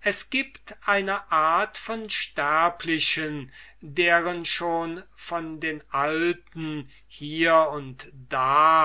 es gibt eine art von sterblichen deren schon von den alten hier und da